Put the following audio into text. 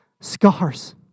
scars